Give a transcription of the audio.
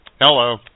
Hello